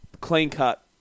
clean-cut